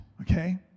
okay